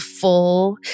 full